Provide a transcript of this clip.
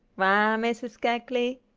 why, missus keckley,